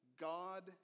God